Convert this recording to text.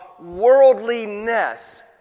worldliness